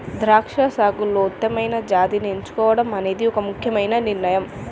ద్రాక్ష సాగులో ఉత్తమమైన జాతిని ఎంచుకోవడం అనేది ఒక ముఖ్యమైన నిర్ణయం